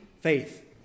faith